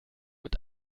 mit